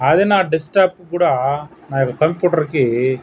అది నా డెస్క్టాప్ కూడా నా యొక్క కంప్యూటర్కి